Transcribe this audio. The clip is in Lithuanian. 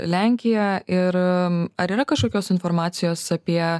lenkija ir ar yra kažkokios informacijos apie